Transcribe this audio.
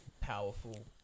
powerful